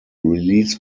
release